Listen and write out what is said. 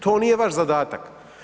To nije vaš zadatak.